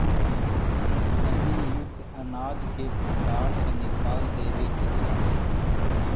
नमीयुक्त अनाज के भण्डार से निकाल देवे के चाहि